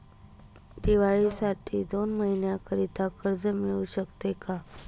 दिवाळीसाठी दोन महिन्याकरिता कर्ज मिळू शकते का?